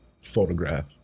Photograph